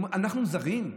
אנחנו זרים?